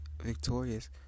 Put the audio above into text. victorious